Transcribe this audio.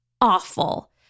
awful